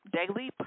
daily